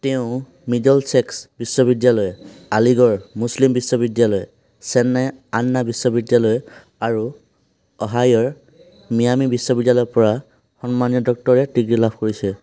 তেওঁ মিডলছেক্স বিশ্ববিদ্যালয় আলিগড় মুছলিম বিশ্ববিদ্যালয় চেন্নাইৰ আন্না বিশ্ববিদ্যালয় আৰু অহাইঅ'ৰ মিয়ামি বিশ্ববিদ্যালয়ৰ পৰা সন্মানীয় ডক্টৰেট ডিগ্ৰী লাভ কৰিছে